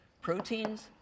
proteins